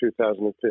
2015